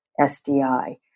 SDI